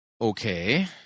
Okay